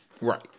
Right